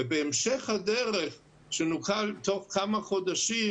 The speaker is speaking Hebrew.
ובהמשך הדרך שנוכל תוך כמה חודשים,